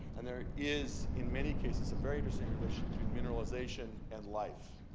and there is, in many cases, some very interesting relationships between mineralization and life.